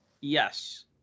Yes